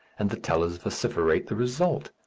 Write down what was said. and the tellers vociferate the result.